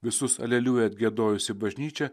visus aleliuja atgiedojusi bažnyčia